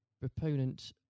proponent